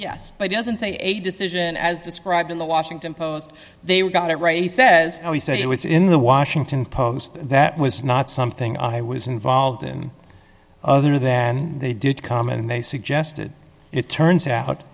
yes but doesn't say a decision as described in the washington post they would got it right he says oh he said it was in the washington post that was not something i was involved in other than they did comment and they suggested it turns out